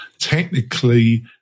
Technically